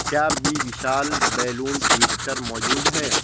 کیا بی Vishal balloon twister موجود ہے